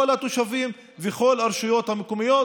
כל התושבים וכל הרשויות המקומיות.